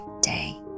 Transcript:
day